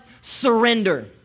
surrender